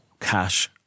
cash